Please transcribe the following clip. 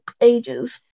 ages